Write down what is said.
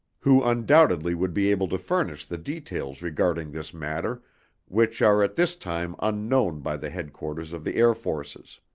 who undoubtedly would be able to furnish the details regarding this matter which are at this time unknown by the headquarters of the air forces.